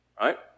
Right